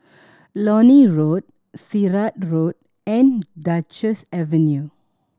Lornie Road Sirat Road and Duchess Avenue